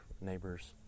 neighbor's